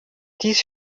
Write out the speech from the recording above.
dies